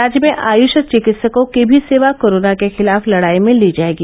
राज्य में आयुष चिकित्सकों की भी सेवा कोरोना के खिलाफ लड़ाई में ली जाएगी